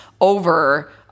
over